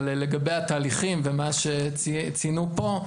אבל לגבי התהליכים ומה שציינו פה,